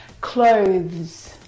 Clothes